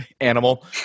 animal